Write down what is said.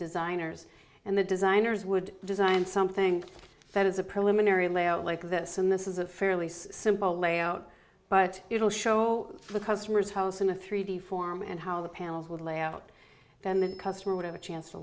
designers and the designers would design something that is a preliminary layout like this and this is a fairly simple layout but it'll show the customer's house in a three d form and how the panels would lay out then the customer would have a chance to